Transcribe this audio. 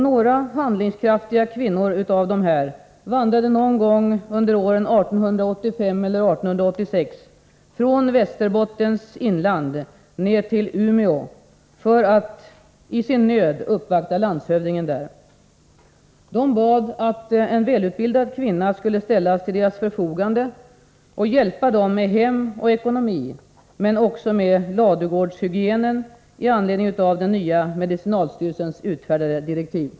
Några handlingskraftiga kvinnor bland dem vandrade någon gång under åren 1885 eller 1886 från Västerbottens inland ned till Umeå för att i sin nöd uppvakta landshövdingen där. De bad att en välutbildad kvinna skulle ställas till deras förfogande och hjälpa dem med hem och ekonomi men också med ladugårdshygienen i anledning av den nya medicinalstyrelsens utfärdade direktiv.